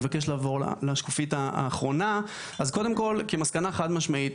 כמסקנה חד משמעית,